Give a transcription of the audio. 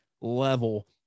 level